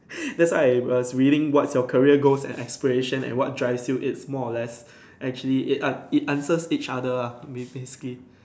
that's why I ask willing what's your career goals and aspiration and what's drives you it's more of less actually it ah it answers each other ah mean basically